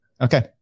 Okay